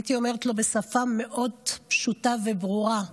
הייתי אומרת לו בשפה מאוד פשוטה וברורה: